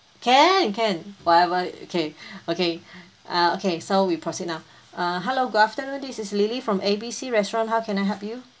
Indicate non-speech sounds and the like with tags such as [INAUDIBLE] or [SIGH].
can can whatever okay [BREATH] okay [BREATH] err okay so we proceed now err hello good afternoon this is lily from A B C restaurant how can I help you